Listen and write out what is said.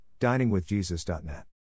diningwithjesus.net